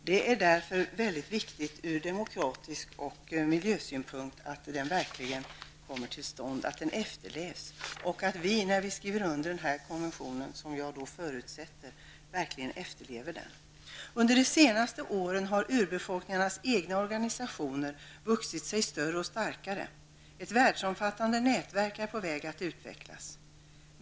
Det är därför från demokratisk synpunkt och miljösynpunkt mycket viktigt att konventionen verkligen kommer till stånd och att den efterlevs och att vi när vi skriver under konventionen -- vilket jag förutsätter -- verkligen efterlever den. Under de senaste åren har utbefolkningarnas egna organisationer vuxit sig större och starkare. Ett världsomfattande nätverk är på väg att utvecklas.